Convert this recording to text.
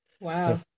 Wow